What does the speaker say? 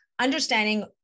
understanding